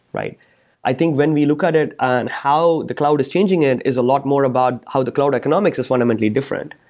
i think when we look at it on how the cloud is changing it is a lot more about how the cloud economics is fundamentally different.